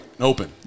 Open